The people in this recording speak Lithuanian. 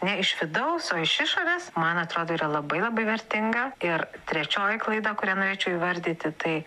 ne iš vidaus o iš išorės man atrodo yra labai labai vertinga ir trečioji klaida kurią norėčiau įvardyti tai